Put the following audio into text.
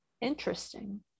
Interesting